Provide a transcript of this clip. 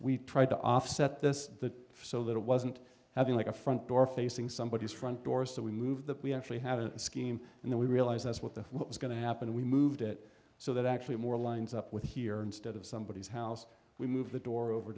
we tried to offset this that so that it wasn't having like a front door facing somebody is front door so we moved that we actually had a scheme and then we realized that's what the what was going to happen we moved it so that actually more lines up with here instead of somebodies house we move the door over